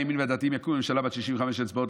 הימין והדתיים יקימו ממשלה בת 65 אצבעות,